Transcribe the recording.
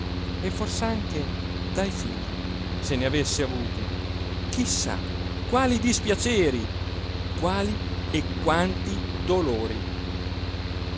e fors'anche dai figli se ne avesse avuti chi sa quali dispiaceri quali e quanti dolori